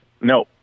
No